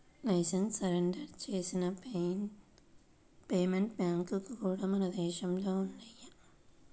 licence surrender చేసిన payment బ్యాంక్లు కూడా మన దేశంలో ఉన్నయ్యి